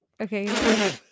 okay